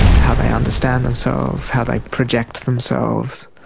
how they understand themselves, how they project themselves,